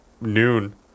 noon